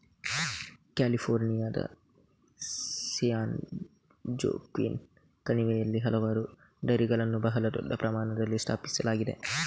ಕ್ಯಾಲಿಫೋರ್ನಿಯಾದ ಸ್ಯಾನ್ಜೋಕ್ವಿನ್ ಕಣಿವೆಯಲ್ಲಿ ಹಲವಾರು ಡೈರಿಗಳನ್ನು ಬಹಳ ದೊಡ್ಡ ಪ್ರಮಾಣದಲ್ಲಿ ಸ್ಥಾಪಿಸಲಾಗಿದೆ